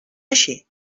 així